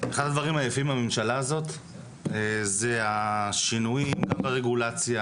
אחד הדברים היפים בממשלה הזו זה השינויים ברגולציה